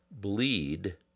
bleed